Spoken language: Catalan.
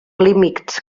límits